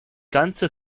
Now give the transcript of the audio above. ganze